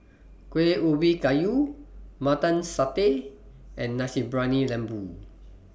Kueh Ubi Kayu Mutton Satay and Nasi Briyani Lembu